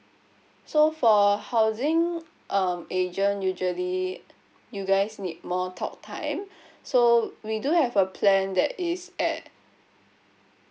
so for housing um agent usually you guys need more talk time so we do have a plan that is at